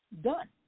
done